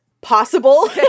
possible